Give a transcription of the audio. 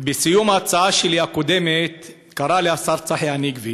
בסיום ההצעה הקודמת שלי קרא השר צחי הנגבי